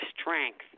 strength